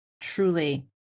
truly